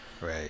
Right